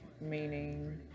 meaning